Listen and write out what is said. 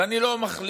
ואני לא מכליל,